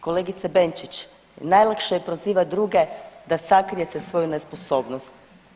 Kolegice Benčić, najlakše me prozivat druge da sakrijete svoju nesposobnost.